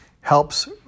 helps